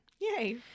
Yay